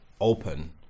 open